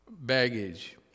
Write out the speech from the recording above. baggage